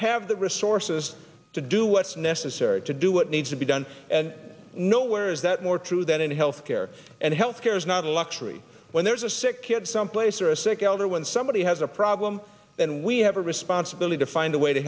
have the resources to do what's necessary to do what needs to be done and nowhere is that more true than in health care and health care is not a luxury when there's a sick kid someplace or a sick elder when somebody has a problem and we have a responsibility to find a way to